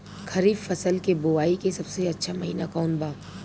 खरीफ फसल के बोआई के सबसे अच्छा महिना कौन बा?